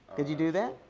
could you do that?